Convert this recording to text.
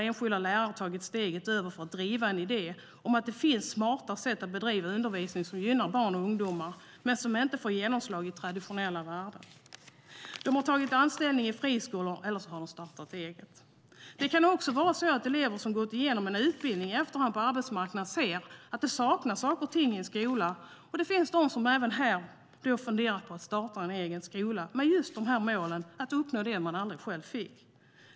Enskilda lärare har tagit steget över för att driva en idé om att det finns smarta sätt att bedriva undervisning som gynnar barn och ungdomar men som inte får genomslag i den "traditionella" världen. De har tagit anställning i friskolor, eller så har de startat eget. Det kan också vara så att elever som gått igenom en utbildning i efterhand på arbetsmarknaden ser att det saknas saker och ting i skolan och då funderar på att starta en egen skola, med målet att uppnå det man själv aldrig fick.